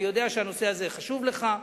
אני יודע שהנושא הזה חשוב לך,